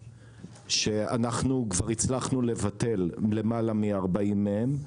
שאנחנו כבר הצלחנו לבטל למעלה מ-40 מהם.